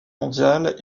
mondiale